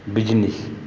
business